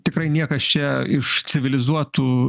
tikrai niekas čia iš civilizuotų